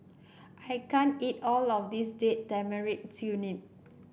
I can't eat all of this Date Tamarind Chutney